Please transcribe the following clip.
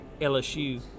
LSU